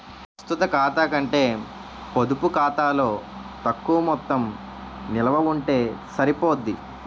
ప్రస్తుత ఖాతా కంటే పొడుపు ఖాతాలో తక్కువ మొత్తం నిలవ ఉంటే సరిపోద్ది